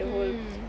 mm